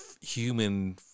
human